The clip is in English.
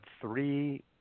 three